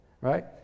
right